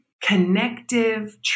connective